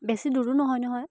বেছি দূৰো নহয় নহয়